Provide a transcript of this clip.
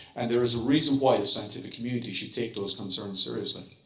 and there is a reason why the scientific community should take those concerns seriously.